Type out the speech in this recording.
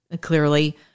clearly